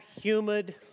humid